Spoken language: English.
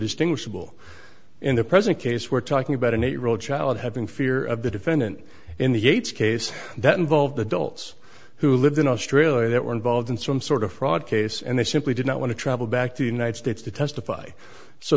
distinguishable in the present case were talking about an eight year old child having fear of the defendant in the gates case that involved adults who lived in australia that were involved in some sort of fraud case and they simply did not want to travel back to united states to testify so